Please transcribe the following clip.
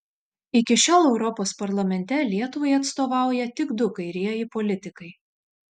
iki šiol europos parlamente lietuvai atstovauja tik du kairieji politikai